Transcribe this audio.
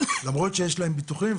למרות שיש להם ביטוחים.